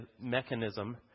mechanism